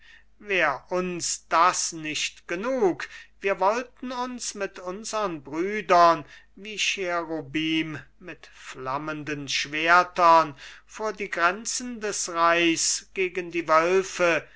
wär uns das nicht genug wir wollten uns mit unsern brüdern wie cherubim mit flammenden schwertern vor die grenzen des reichs gegen die wölfe